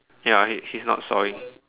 ya okay he's not sawing